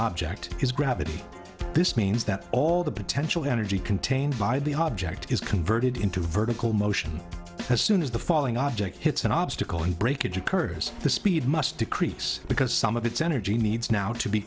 object is gravity this means that all the potential energy contained by the object is converted into vertical motion as soon as the falling object hits an obstacle in breakage occurs the speed must decrease because some of its energy needs now to be